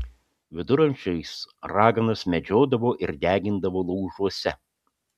viduramžiais raganas medžiodavo ir degindavo laužuose